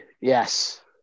yes